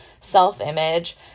self-image